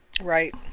Right